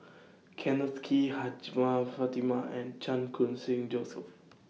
Kenneth Kee Hajjmah Fatimah and Chan Khun Sing Joseph